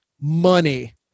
money